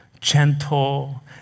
gentle